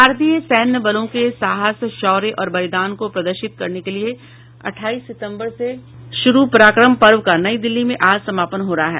भारतीय सैन्य बलों के साहस शौर्य और बलिदान को प्रदर्शित करने के लिए अट्ठाईस सितंबर से शुरू पराक्रम पर्व का नई दिल्ली में आज समापन हो रहा है